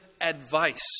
advice